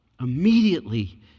Immediately